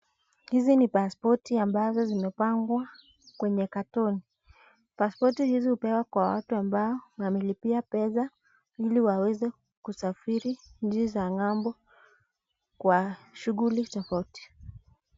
Hizi ni pasipoti ambazo zimepangwa kwenye katoni, pasipoti hizi hupewa kwa watu ambao wamelipia pesa ili waweze kusafiri nchi za ngambo kwa shughuli tofauti.